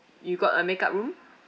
you got a made up room